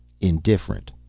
indifferent